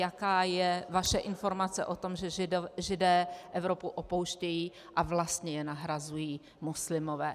Jaká je vaše informace o tom, že Židé Evropu opouštějí a vlastně je nahrazují muslimové.